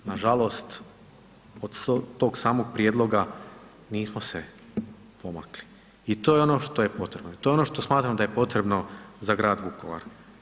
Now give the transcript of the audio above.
Nažalost, od tog samog prijedloga nismo se pomakli i to je ono što je potrebno i to je ono što smatram da je potrebno za grad Vukovar.